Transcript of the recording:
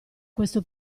questo